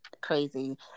crazy